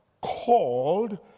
called